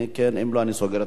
אני סוגר את הרשימה.